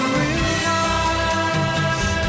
realize